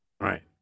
Right